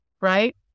right